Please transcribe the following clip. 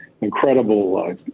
incredible